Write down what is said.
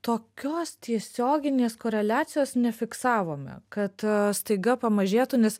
tokios tiesioginės koreliacijos nefiksavome kad staiga pamažėtų nes